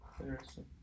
Interesting